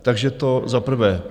Takže to za prvé.